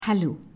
Hello